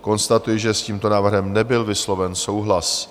Konstatuji, že s tímto návrhem nebyl vysloven souhlas.